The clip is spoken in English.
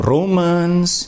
Romans